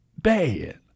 bad